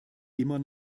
immer